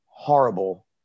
Horrible